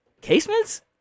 casements